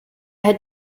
had